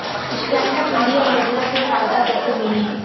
Stand up India योजना के फायदा कैसे मिली?